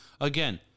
again